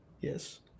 yes